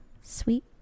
Sweet